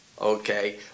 okay